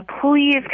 please